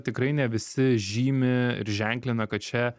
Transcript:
tikrai ne visi žymi ir ženklina kad čia